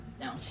no